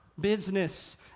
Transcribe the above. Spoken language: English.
business